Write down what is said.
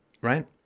right